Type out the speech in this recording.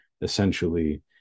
essentially